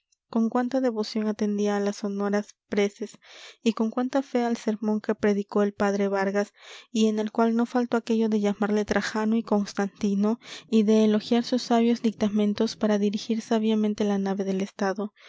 con cuánta devoción atendía a las sonoras preces y con cuánta fe al sermón que predicó el padre vargas y en el cual no faltó aquello de llamarle trajano y constantino y de elogiar sus sabios dictamentos para dirigir sabiamente la nave del estado